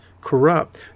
corrupt